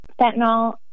fentanyl